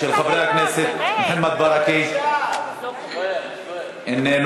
של חבר הכנסת מוחמד ברכה, איננו,